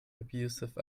abusive